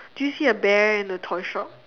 do you see a bear in the toy shop